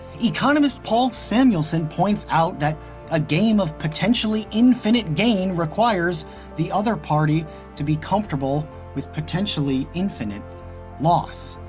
economist paul samuelson points out that a game of potentially infinite gain requires the other party to be comfortable with potentially infinite loss.